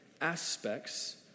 aspects